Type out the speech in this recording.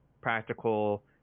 practical